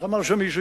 איך אמר שם מישהו?